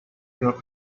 york